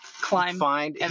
climb